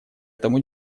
этому